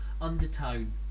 undertone